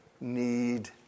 need